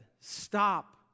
Stop